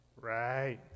right